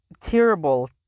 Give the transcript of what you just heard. terrible